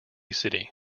city